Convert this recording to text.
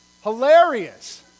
Hilarious